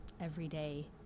everyday